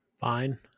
Fine